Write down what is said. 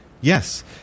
Yes